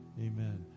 Amen